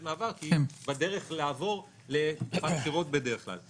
מעבר כי היא בדרך לעבור לבחירות בדרך כלל.